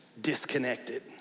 disconnected